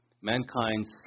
Mankind's